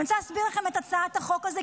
אני רוצה להסביר לכם את הצעת החוק הזאת,